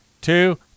two